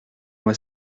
moi